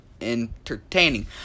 entertaining